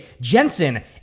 Jensen